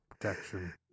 protection